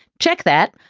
check that.